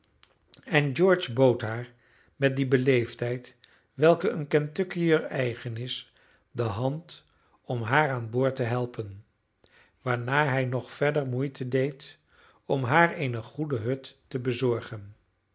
en george bood haar met die beleefdheid welke een kentuckiër eigen is de hand om haar aan boord te helpen waarna hij nog verder moeite deed om haar eene goede hut te bezorgen